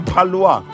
Palua